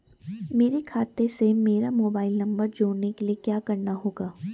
मेरे खाते से मेरा मोबाइल नम्बर जोड़ने के लिये क्या करना होगा?